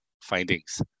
findings